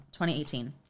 2018